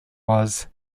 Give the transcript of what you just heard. was